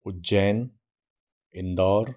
Ujjain Indore